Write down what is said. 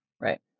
Right